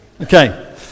Okay